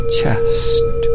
chest